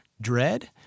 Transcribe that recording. Dread